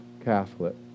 Catholic